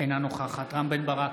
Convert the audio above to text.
אינה נוכחת רם בן ברק,